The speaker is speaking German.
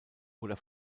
oder